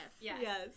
Yes